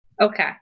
Okay